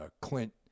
Clint